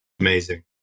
amazing